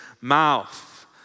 mouth